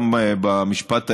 גם במשפט העברי,